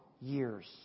years